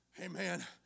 Amen